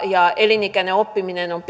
ja elinikäinen oppiminen on